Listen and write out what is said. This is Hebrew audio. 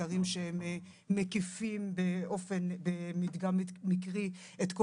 ואנחנו מגלים לגבי רוב